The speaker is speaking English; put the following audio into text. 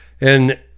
and-